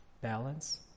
balance